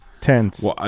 Tense